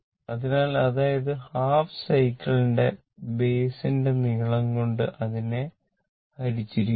അതിനാൽ അതായത് half cycle ന്റെ ബൈസ് ന്റെ നീളം കൊണ്ട് അതിനെ ഹരിച്ചിരിക്കുന്നു